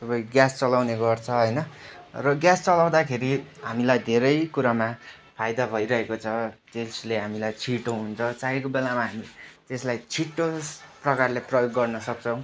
सबै ग्यास चलाउने गर्छ होइन र ग्यास चलाउँदाखेरि हामीलाई धेरै कुरामा फाइदा भइरहेको छ त्यसले हामीलाई छिटो हुन्छ चाहिएको बेलामा हामी त्यसलाई छिटो प्रकारले प्रयोग गर्नसक्छौँ